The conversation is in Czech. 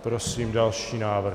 Prosím další návrh.